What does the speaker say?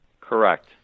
Correct